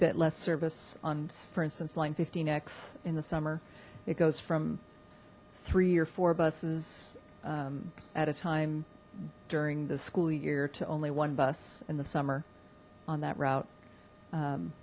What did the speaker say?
a bit less service on for instance line fifteen x in the summer it goes from three or four buses at a time during the school year to only one bus in the summer on that route